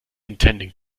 intending